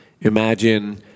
Imagine